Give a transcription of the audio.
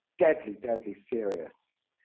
deadly, deadly serious,